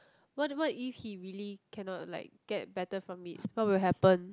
what what if he really cannot like get better from it what will happen